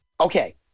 Okay